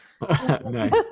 Nice